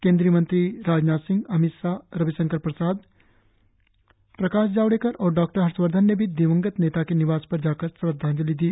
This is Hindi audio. केन्द्रीय मंत्री राजनाथ सिंह अमित शाह रविशंकर प्रसाद प्रकाश जावड़ेकर और डॉक्टर हर्षवर्धन ने भी दिवंगत नेता के निवास पर जाकर श्रद्वांजलि दी